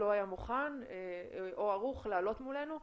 לא היה מוכן או ערוך לעלות מולנו.